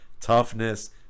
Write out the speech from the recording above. toughness